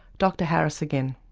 dr harris again.